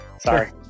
Sorry